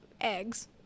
eggs